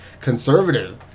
conservative